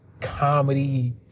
comedy